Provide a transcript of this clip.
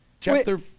chapter